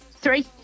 Three